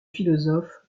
philosophe